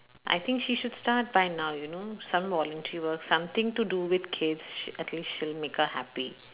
I think she should start by now you know some volunteer work something to do with kids sh~ at least she'll make her happy